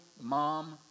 mom